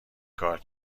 کار